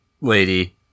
lady